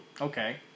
okay